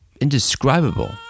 indescribable